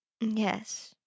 yes